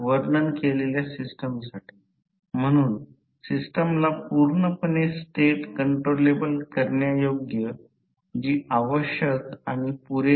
तांबे loss तास तासांनुसार भारानुसार बदलला जातो तांब्याचा लॉस बदलू शकतो परंतु लोहाचे लॉस स्थिर राहील जेव्हा आपण त्याचे एक उदाहरण आपण पाहू